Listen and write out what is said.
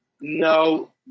no